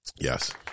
Yes